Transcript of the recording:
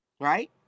right